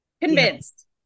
convinced